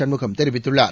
சண்முகம் தெரிவித்துள்ளார்